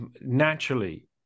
Naturally